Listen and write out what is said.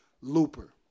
Looper